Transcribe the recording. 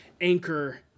anchor